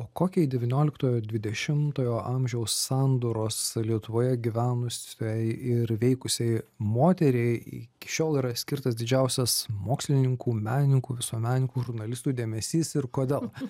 o kokiai devynioliktojo dvidešimtojo amžiaus sandūros lietuvoje gyvenusiai ir veikusiai moteriai iki šiol yra skirtas didžiausias mokslininkų menininkų visuomenininkų žurnalistų dėmesys ir kodėl